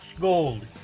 gold